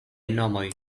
nomoj